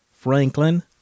Franklin